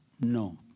no